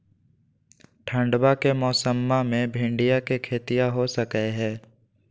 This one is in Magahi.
ठंडबा के मौसमा मे भिंडया के खेतीया हो सकये है?